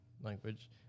language